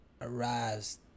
arise